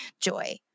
joy